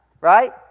right